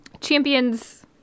Champions